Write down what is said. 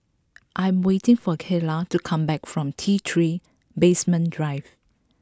I am waiting for Kyla to come back from T Three Basement Drive